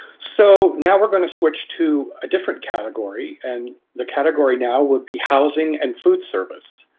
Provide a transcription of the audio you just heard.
so, now we're going to switch to a different category, and the category now would be housing and food service.